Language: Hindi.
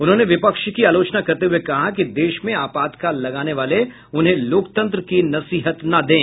उन्होंने विपक्ष की आलोचना करते हुए कहा कि देश में अपातकाल लगाने वाले उन्हें लोकतंत्र की नसीहत न दें